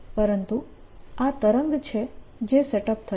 પરંતુ આ તરંગ છે જે સેટ અપ થશે